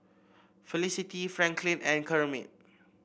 Felicity Franklyn and Kermit